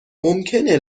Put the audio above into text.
ممکنه